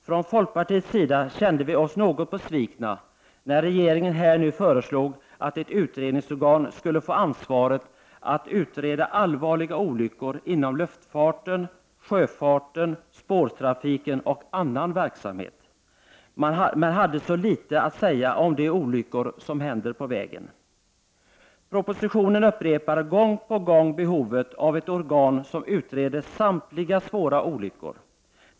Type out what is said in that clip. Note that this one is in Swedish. Från folkpartiets sida kände vi oss något besvikna när regeringen nu föreslog att ett utredningsorgan skulle få ansvaret att utreda allvarliga olyckor inom luftfarten, sjöfarten, spårtrafiken och annan verksamhet samtidigt som man hade mycket litet att säga om de olyckor som händer på vägen. I propositionen upprepas gång på gång behovet av ett organ som utreder samtliga svåra olyckor.